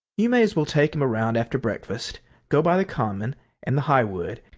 you may as well take him around after breakfast go by the common and the highwood,